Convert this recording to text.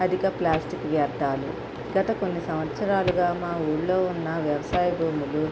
అధిక ప్లాస్టిక్ వ్యర్ధాలు గత కొన్ని సంవత్సరాలుగా మా ఊర్లో ఉన్న వ్యవసాయ భూములు